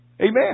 Amen